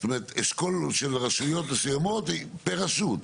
זאת אומרת אשכול של רשויות מסוימות פר רשות.